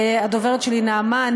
הדוברת שלי נעמה,